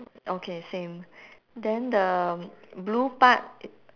okay same then the blue part